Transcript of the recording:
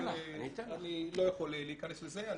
אני לא יכול להיכנס לזה.